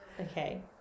Okay